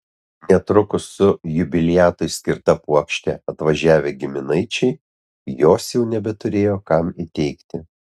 netrukus su jubiliatui skirta puokšte atvažiavę giminaičiai jos jau nebeturėjo kam įteikti